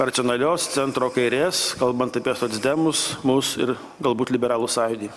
racionalios centro kairės kalbant apie socdemus mus ir galbūt liberalų sąjūdį